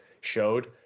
showed